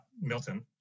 Milton